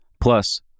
Plus